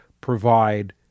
provide